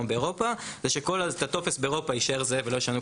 באירופה זה שכל הטופס באירופה יישאר זהה,